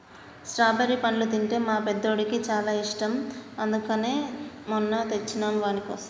strawberry పండ్లు అంటే మా పెద్దోడికి చాలా ఇష్టం అందుకనే మొన్న తెచ్చినం వానికోసం